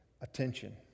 attention